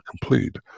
complete